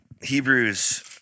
Hebrews